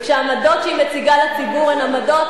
וכשהעמדות שהיא מציגה לציבור הן עמדות